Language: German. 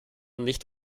nicht